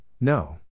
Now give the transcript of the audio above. no